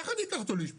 איך אני אקח אותו לאשפוז?